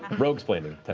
roguesplaining,